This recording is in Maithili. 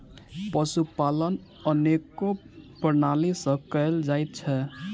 पशुपालन अनेको प्रणाली सॅ कयल जाइत छै